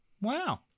Wow